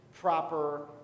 proper